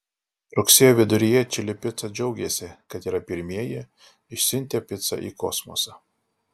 rugsėjo viduryje čili pica džiaugėsi kad yra pirmieji išsiuntę picą į kosmosą